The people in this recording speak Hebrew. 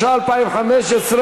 התשע"ה 2015,